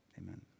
amen